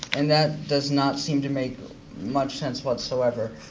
and that does not seem to make much sense whatsoever.